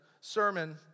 sermon